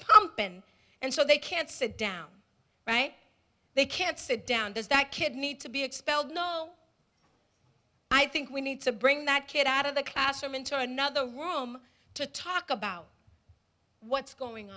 pumping and so they can't sit down they can't sit down does that kid need to be expelled no i think we need to bring that kid out of the classroom into another room to talk about what's going